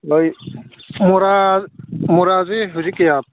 ꯅꯣꯏ ꯃꯣꯔꯥ ꯃꯣꯔꯥꯁꯦ ꯍꯧꯖꯤꯛ ꯀꯌꯥ